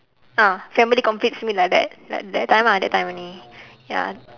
ah family completes me like that like that time ah that time only ya